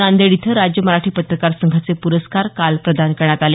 नांदेड इथं राज्य मराठी पत्रकार संघाचे प्रस्कार काल प्रदान करण्यात आले